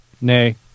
Nay